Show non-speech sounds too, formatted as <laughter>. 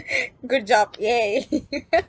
good job !yay! <laughs>